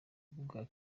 urwa